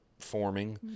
Forming